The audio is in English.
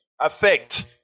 affect